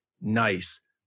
nice